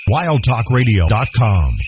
wildtalkradio.com